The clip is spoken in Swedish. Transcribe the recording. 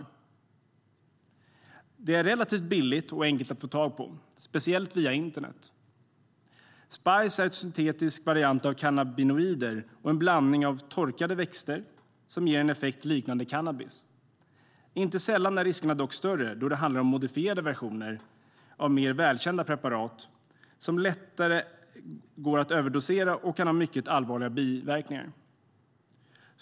Spice är relativt billigt och enkelt att få tag på, speciellt via internet. Spice är en syntetisk variant av cannabinoider och en blandning av torkade växter som ger en effekt liknande cannabis. Inte sällan är riskerna dock större, då det handlar om modifierade versioner av mer välkända preparat. De är lättare att överdosera och kan ha mycket allvarliga biverkningar.